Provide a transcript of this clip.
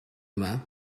yma